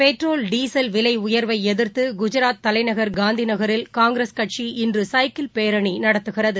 petrol diesel விலையர்வைஎதிர்த்துகுஜாத் தலைநகர் காந்திநகரில் காங்கிரஸ் கட்சி இன்றுசைக்கிள் பேரணிநடத்துகிறது